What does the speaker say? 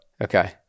Okay